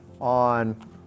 on